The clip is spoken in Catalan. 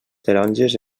taronges